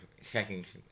seconds